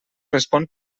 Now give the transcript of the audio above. respon